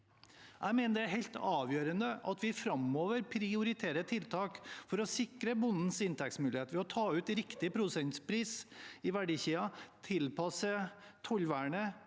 Jeg mener det er helt avgjørende at vi framover prioriterer tiltak for å sikre bondens inntektsmuligheter ved å ta ut riktig produsentpris i verdikjeden, tilpasse tollvernet